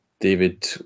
David